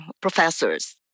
professors